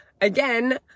again